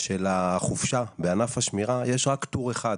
של החופשה בענף השמירה יש רק טור אחד.